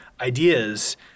ideas